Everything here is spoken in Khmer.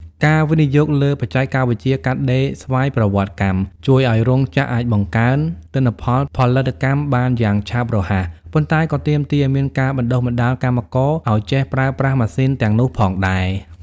ការវិនិយោគលើបច្ចេកវិទ្យាកាត់ដេរស្វ័យប្រវត្តិកម្ម ជួយឱ្យរោងចក្រអាចបង្កើនទិន្នផលផលិតកម្មបានយ៉ាងឆាប់រហ័ស ប៉ុន្តែក៏ទាមទារឱ្យមានការបណ្ដុះបណ្ដាលកម្មករឱ្យចេះប្រើប្រាស់ម៉ាស៊ីនទាំងនោះផងដែរ។